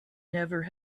never